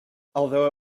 although